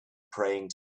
praying